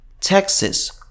Texas